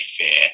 fair